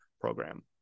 program